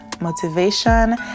motivation